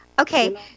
Okay